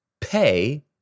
pay